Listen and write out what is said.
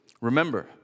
Remember